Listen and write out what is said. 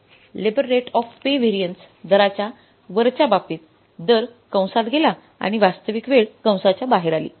labour rate of pay variance दराच्या वरच्या बाबतीत दर कंसात गेला आणि वास्तविक वेळ कंसच्या बाहेर आली